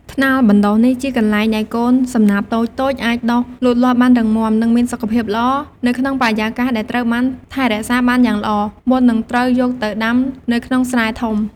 ថ្នាលបណ្ដុះនេះជាកន្លែងដែលកូនសំណាបតូចៗអាចដុះលូតលាស់បានរឹងមាំ និងមានសុខភាពល្អ នៅក្នុងបរិយាកាសដែលត្រូវបានថែរក្សាបានយ៉ាងល្អ មុននឹងត្រូវយកទៅដាំនៅក្នុងស្រែធំ។